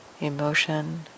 emotion